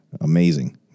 amazing